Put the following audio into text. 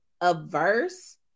averse